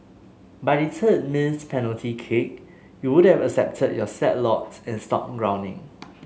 by the third missed penalty kick you would've accepted your sad lot and stopped groaning